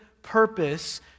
purpose